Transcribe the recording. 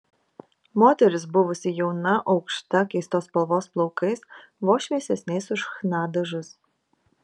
moteris buvusi jauna aukšta keistos spalvos plaukais vos šviesesniais už chna dažus